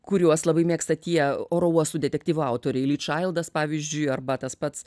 kuriuos labai mėgsta tie oro uostų detektyvų autoriai litčaldas pavyzdžiui arba tas pats